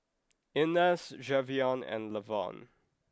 Inez Javion and Lavon